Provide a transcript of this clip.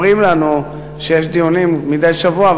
אומרים לנו שיש דיונים מדי שבוע,